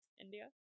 India